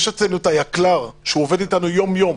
יש אצלנו את היקל"ר, שהוא עובד איתנו יום-יום,